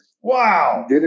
Wow